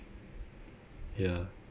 ya